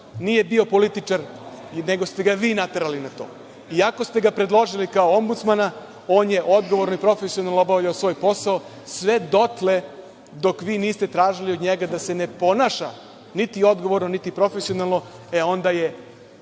nije bio političar nego ste ga vi naterali na to, iako ste ga predložili kao Ombudsmana, on je odgovorno i profesionalno obavljao svoj posao sve dotle dok vi niste tražili od njega da se ne ponaša niti odgovorno, niti profesionalno, e onda je